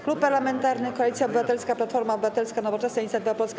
Klub Parlamentarny Koalicja Obywatelska - Platforma Obywatelska, Nowoczesna, Inicjatywa Polska,